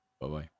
Bye-bye